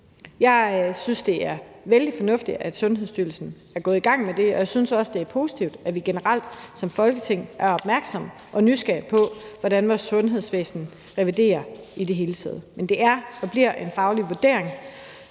Jeg synes, det er vældig fornuftigt, at Sundhedsstyrelsen er gået i gang med det, og jeg synes også, det er positivt, at vi generelt som Folketing er opmærksomme og nysgerrige på, hvordan vores sundhedsvæsen revideres i det hele taget. Men det er og bliver en faglig vurdering.